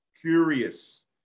Curious